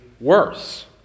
worse